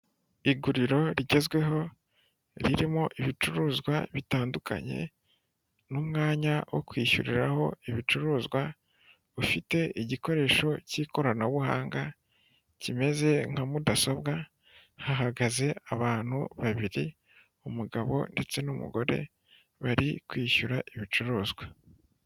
Iguriro rigezweho ririmo ibicuruzwa bitandukanye n'umwanya wo kwishyuriraho ibicuruzwa, ufite igikoresho k'ikoranabuhanga kimeze nka mudasobwa, hahagaze abantu babiri umugabo ndetse n'umugore bari kwishyura ibicuruzwa.